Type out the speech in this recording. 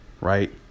right